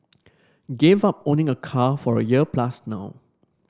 gave up owning a car for a year plus now